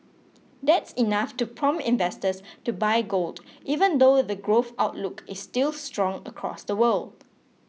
that's enough to prompt investors to buy gold even though the growth outlook is still strong across the world